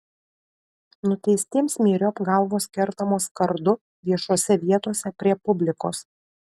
nuteistiems myriop galvos kertamos kardu viešose vietose prie publikos